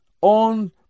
on